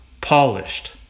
polished